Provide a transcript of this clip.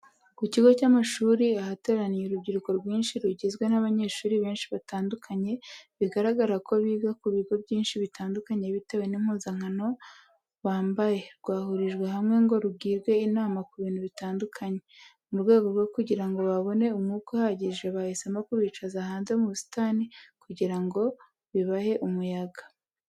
Ku kigo cy'amashuri ahateraniye urubyiruko rwinshi rugizwe n'abanyeshuri benshi batandukanye, bigaragara ko biga ku bigo byinshi bitandukanye bitewe n'impuzankano bambaye, rwahurijwe hamwe ngo rugirwe inama ku bintu bitandukanye. Mu rwego rwo kugira ngo babone umwuka uhagije, bahisemo kubicaza hanze mu busitani kugira ngo bibahe umuyaga.